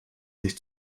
sich